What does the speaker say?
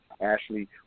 Ashley